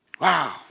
Wow